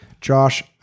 Josh